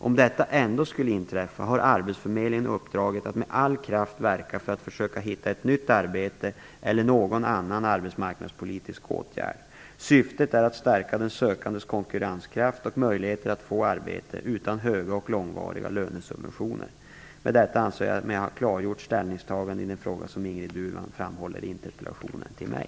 Om detta ändå skulle inträffa har arbetsförmedlingen uppdraget att med all kraft verka för att försöka hitta ett nytt arbete eller någon annan arbetsmarknadspolitisk åtgärd. Syftet är att stärka den sökandes konkurrenskraft och möjligheter att få arbete utan höga och långvariga lönesubventioner. Med detta anser jag mig ha klargjort ställningstagandena i de frågor som Ingrid Burman framhåller i interpellationen till mig.